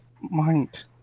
mind